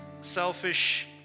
selfish